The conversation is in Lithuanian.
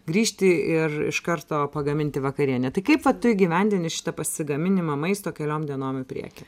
grįžti ir iš karto pagaminti vakarienę tai kaip vat tu įgyvendini šitą pasigaminimą maisto keliom dienom į priekį